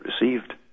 received